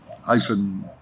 hyphen